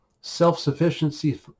self-sufficiency